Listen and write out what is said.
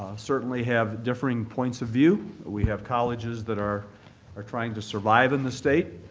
certainly have differing points of view. we have colleges that are are trying to survive in the state.